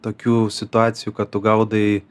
tokių situacijų kad tu gaudai